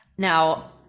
now